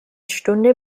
stunde